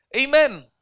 amen